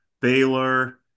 Baylor